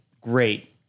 great